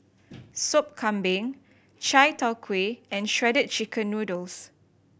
Sop Kambing Chai Tow Kuay and Shredded Chicken Noodles